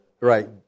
right